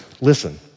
Listen